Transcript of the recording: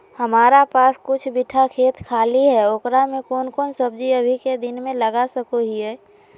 हमारा पास कुछ बिठा खेत खाली है ओकरा में कौन कौन सब्जी अभी के दिन में लगा सको हियय?